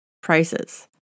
prices